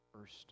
first